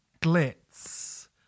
glitz